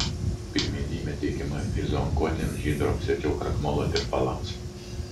pirmenybė teikiama izoonkotiniams hidroksietilkrakmolo tirpalams